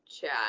chat